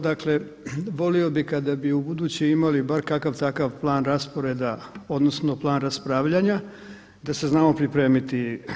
Dakle, volio bih kada bi u buduće imali bar kakav, takav plan rasporeda, odnosno plan raspravljanja da se znamo pripremiti.